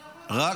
אבל אנחנו, צער.